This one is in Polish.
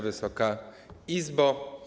Wysoka Izbo!